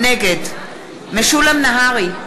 נגד משולם נהרי,